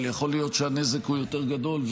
אבל יכול להיות שהנזק הוא יותר גדול,